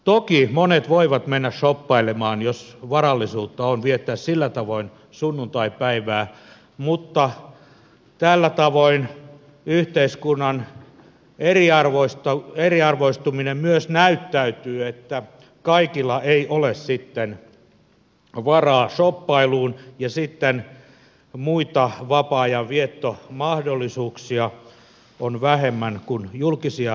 toki monet voivat mennä shoppailemaan jos varallisuutta on viettää sillä tavoin sunnuntaipäivää mutta myös tällä tavoin yhteiskunnan eriarvoistuminen näyttäytyy kun kaikilla ei ole varaa shoppailuun ja sitten muita vapaa ajanviettomahdollisuuksia on vähemmän kun julkisia palveluita on karsittu